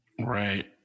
right